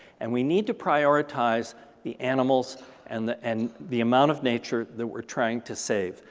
and we need to prioritize the animals and the and the amount of nature that we're trying to save.